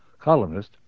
columnist